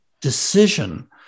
decision